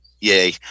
Yay